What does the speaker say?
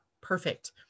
perfect